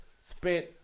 spent